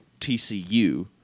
TCU